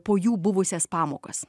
po jų buvusias pamokas